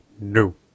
no